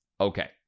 okay